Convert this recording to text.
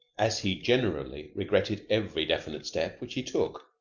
as he generally regretted every definite step which he took.